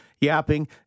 yapping